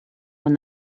when